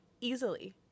easily